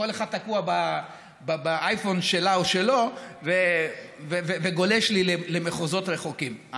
כל אחד תקוע באייפון שלה או שלו וגולש לי למחוזות רחוקים.